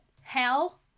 Hell